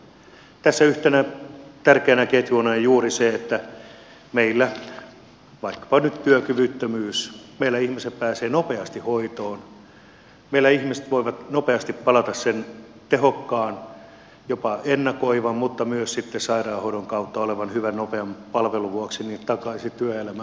tässä yhtenä tärkeänä ketjuna on juuri se että meillä vaikkapa nyt työkyvyttömyystapauksissa ihmiset pääsevät nopeasti hoitoon meillä ihmiset voivat nopeasti palata sen tehokkaan jopa ennakoivan mutta myös sitten sairaanhoidon kautta olevan hyvän nopean palvelun vuoksi takaisin työelämään